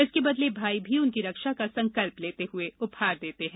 इसके बदले भाई भी उनकी रक्षा का संकल्प लेते हुए उपहार देते हैं